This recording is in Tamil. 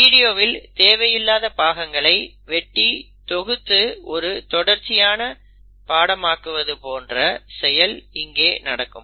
வீடியோவில் தேவையில்லாத பாகங்களை வெட்டி தொகுத்து ஒரு தொடர்ச்சியான படமாக்குவது போன்ற செயல் இங்கே நடக்கும்